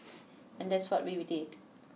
and that's what we did